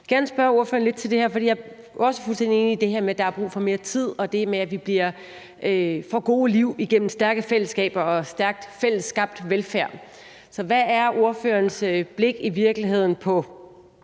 Jeg vil gerne spørge ordføreren om noget. Jeg er fuldstændig enig i det her med, at der er brug for mere tid, og det med, at vi får gode liv igennem stærke fællesskaber og stærk fællesskabt velfærd. Så hvad er ordførerens syn i virkeligheden på